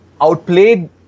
outplayed